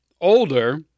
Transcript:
older